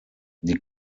die